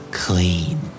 clean